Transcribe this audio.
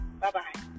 Bye-bye